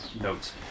notes